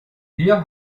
wir